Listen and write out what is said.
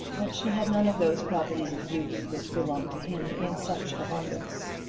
she had none of those properties of youth which belonged to him in such abundance.